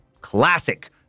Classic